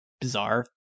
bizarre